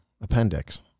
Appendix